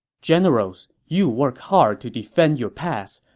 generals, you work hard to defend your pass.